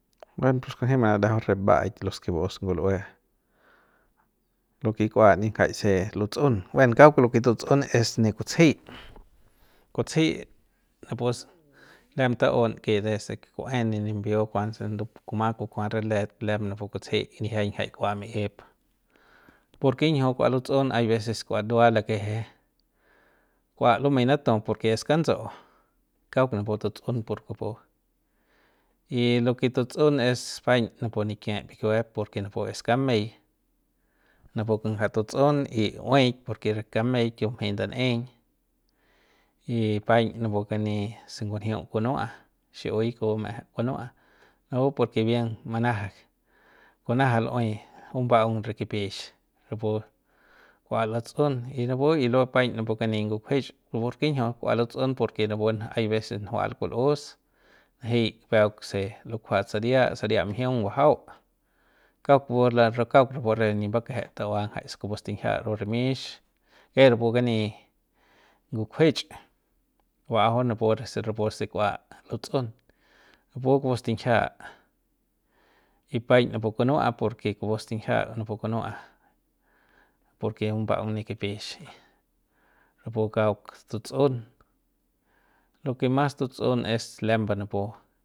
Buen pues kunji manarajau re mbaꞌaik los ke vaus ngulꞌue lo ke kua nigjai se lutsꞌun buen kauk los ke tutsꞌun es ne kutsejei kutsejei napus lem taꞌun ke desde ke kuꞌue ne nimbiu kuanse ndu kuma kukuat re let lem napu kutsejei nijiañ jai kua miꞌip ¿porke njiu kua lutsꞌun? Hay veces kua ndua lakeje kua lumei natu porke es kantsuꞌu kauk napu tutsꞌun por kupu y lo ke tutsꞌun es paiñ napu nikie pikiuep porke napu es kamei napu nja tutsꞌun y ueik porke re kameik bumjei ndaneiñ y paiñ napu kanei se ngunjiu kunuaꞌa xiꞌiui kupu maejep kunuaꞌa napu porke bien manaja kunaja luꞌuei bubaung re kipix rapu kua latsꞌun y napu y lo paiñ napu kani ngukjuex ¿porke njiu kua lutsꞌun? Porke napu njahay veces njual kulꞌus njei peuk se lukjuat saria sari mjiung bajau kauk rapu ra kauk rapu re nip mbakejet taua ngajaik se kupu stinjia rapu rimix e rapu kani ngukjuex mbaꞌajau napuse rapuse kua lutsꞌun kupu napu stinjia y paiñ napu kunuaꞌa porke kupu stinjia porke bumbaꞌaung ne kipix napu kauk tutsꞌun lo ke mas tutsꞌun es lembe napu.